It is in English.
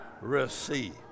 receive